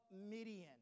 Midian